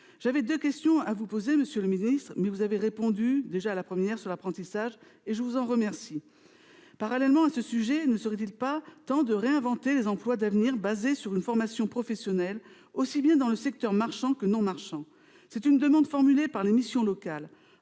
J'avais deux questions à vous poser, monsieur le secrétaire d'État. Vous avez déjà répondu à la première, sur l'apprentissage, ce dont je vous remercie. Parallèlement, ne serait-il pas temps de réinventer les emplois d'avenir basés sur une formation professionnelle aussi bien dans le secteur marchand que dans le secteur non marchand ? C'est une demande formulée par les missions locales.